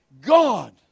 God